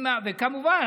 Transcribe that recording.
וכמובן,